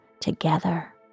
together